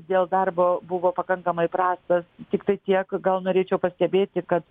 dėl darbo buvo pakankamai prastas tiktai tiek gal norėčiau pastebėti kad